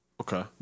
Okay